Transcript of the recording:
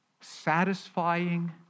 satisfying